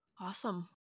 Awesome